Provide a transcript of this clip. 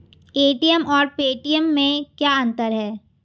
ATM और Paytm में क्या अंतर है?